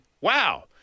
wow